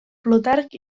plutarc